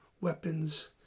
weapons